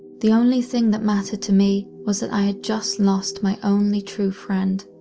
the only thing that mattered to me was that i had just lost my only true friend,